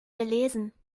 gelesen